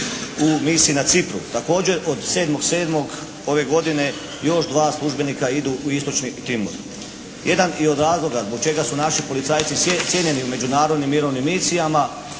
u misiji na Cipru. Također od 7.7. ove godine još 2 službenika idu u Istočni Timur. Jedan i od razloga zbog čega su naši policajci cijenjeni u međunarodnim misijama